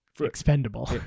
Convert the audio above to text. expendable